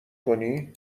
کنی